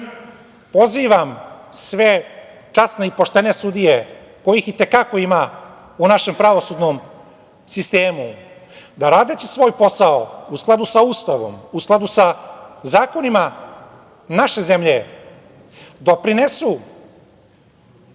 pozivam sve časne i poštene sudije, kojih i te kako ima u našem pravosudnom sistemu, da radeći svoj posao u skladu sa Ustavom, u skladu sa zakonima naše zemlje, doprinesu